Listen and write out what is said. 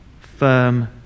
firm